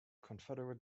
confederate